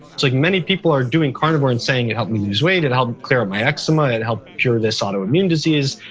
it's like many people are doing carnivore and saying, it helped me lose weight and help clear up my eczema. it helped cure this autoimmune disease.